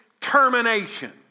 termination